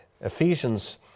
Ephesians